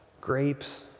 grapes